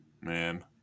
man